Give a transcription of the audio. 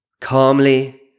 calmly